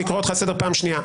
אני קורא לך לסדר פעם שנייה.